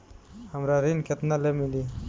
हमरा ऋण केतना ले मिली?